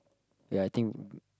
ya I think